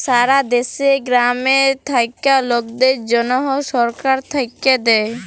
সারা দ্যাশে গ্রামে থাক্যা লকদের জনহ সরকার থাক্যে দেয়